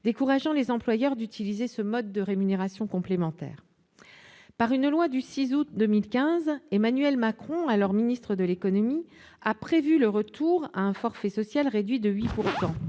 décourageant les employeurs d'utiliser ce mode de rémunération complémentaire. Avec la loi du 6 août 2015, Emmanuel Macron, alors ministre de l'économie, avait prévu le retour à un forfait social réduit à 8